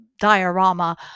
diorama